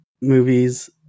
movies